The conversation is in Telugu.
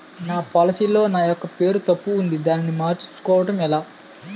నా పోలసీ లో నా యెక్క పేరు తప్పు ఉంది దానిని మార్చు కోవటం ఎలా?